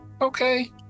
okay